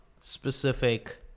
specific